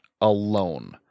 alone